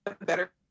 Better